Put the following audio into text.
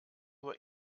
nur